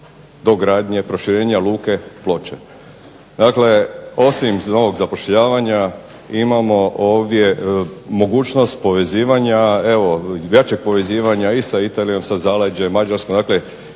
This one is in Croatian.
dogradnje, proširenja Luke Ploče. Dakle, osim novog zapošljavanja imamo ovdje mogućnost povezivanja jačeg povezivanja i sa Italijom i sa zaleđem, sa Mađarskom,